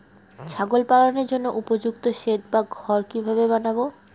ছাগল পালনের জন্য উপযুক্ত সেড বা ঘর কিভাবে বানাবো?